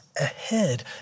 ahead